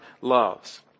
loves